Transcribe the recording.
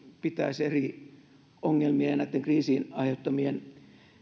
pitäisi eri ongelmien ja näitten kriisin aiheuttamien